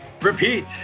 repeat